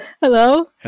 Hello